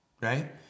right